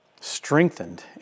strengthened